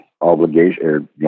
obligation